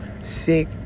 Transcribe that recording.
sick